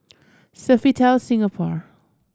Sofitel Singapore